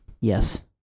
Yes